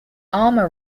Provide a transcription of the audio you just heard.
armour